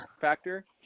factor